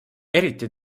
eriti